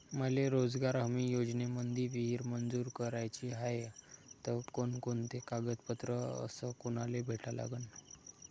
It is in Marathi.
मले रोजगार हमी योजनेमंदी विहीर मंजूर कराची हाये त कोनकोनते कागदपत्र अस कोनाले भेटा लागन?